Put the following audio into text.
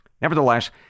nevertheless